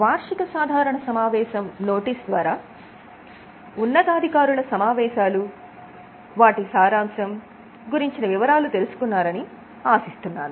వార్షిక సాధారణ సమావేశం నోటీస్ ద్వారా ఉన్నతాధికారుల సమావేశాలు వాటి సారాంశం గురించిన వివరాలు తెలుసుకున్నారని ఆశిస్తున్నాను